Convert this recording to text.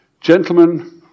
Gentlemen